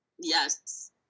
yes